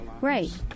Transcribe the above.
right